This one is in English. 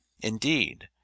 Indeed